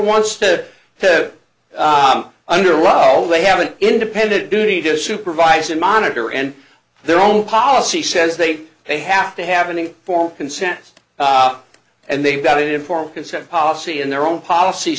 wants to come under well they have an independent duty to supervise and monitor and their own policy says they they have to have any form consent and they've got informed consent policy and their own polic